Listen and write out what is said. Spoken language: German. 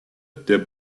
der